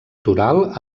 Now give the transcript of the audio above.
toral